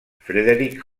frederick